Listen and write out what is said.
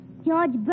George